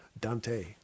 Dante